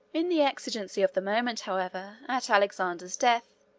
in the exigency of the moment, however, at alexander's death,